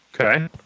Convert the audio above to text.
Okay